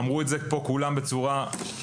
אמרו את זה פה כולם בצורה חותכת,